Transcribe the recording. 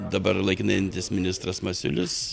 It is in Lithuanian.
dabar laikinai einantis ministras masiulis